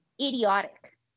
idiotic